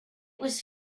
was